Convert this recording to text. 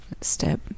step